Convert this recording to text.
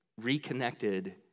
reconnected